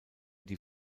die